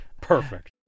Perfect